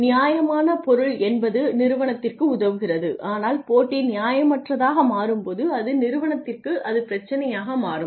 நியாயமான பொருள் என்பது நிறுவனத்திற்கு உதவுகிறது ஆனால் போட்டி நியாயமற்றதாக மாறும்போது அது நிறுவனத்திற்கு அது பிரச்சினையாக மாறும்